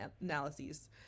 analyses